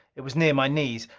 it was near my knees.